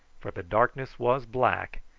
for the darkness was black,